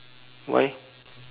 why